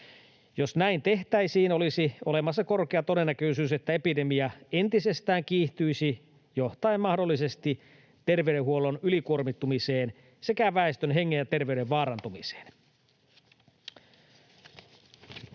Jos näin tehtäisiin, olisi olemassa korkea todennäköisyys, että epidemia entisestään kiihtyisi johtaen mahdollisesti terveydenhuollon ylikuormittumiseen sekä väestön hengen ja terveyden vaarantumiseen.